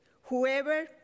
whoever